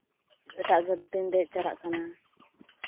ᱮᱴᱟᱜ ᱜᱟᱹᱰᱤ ᱛᱤᱧ ᱫᱮᱡ ᱪᱟᱞᱟᱜ ᱠᱟᱱᱟ